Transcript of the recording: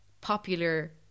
popular